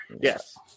Yes